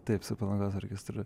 taip su palangos orkestru